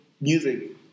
music